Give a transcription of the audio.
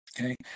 okay